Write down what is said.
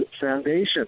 foundation